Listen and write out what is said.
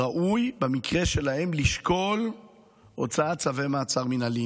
ראוי במקרה שלהן לשקול הוצאת צווי מעצר מינהליים.